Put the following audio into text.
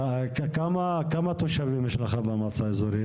כמה תושבים יש לך במועצה האזורית?